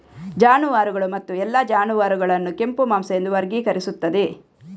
ಜಾನುವಾರುಗಳು ಮತ್ತು ಎಲ್ಲಾ ಜಾನುವಾರುಗಳನ್ನು ಕೆಂಪು ಮಾಂಸ ಎಂದು ವರ್ಗೀಕರಿಸುತ್ತದೆ